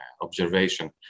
observation